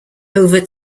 over